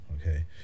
Okay